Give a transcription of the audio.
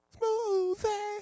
Smoothie